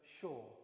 sure